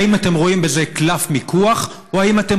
האם אתם רואים בזה קלף מיקוח או האם אתם